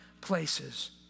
places